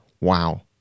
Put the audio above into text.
wow